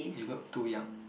you look too young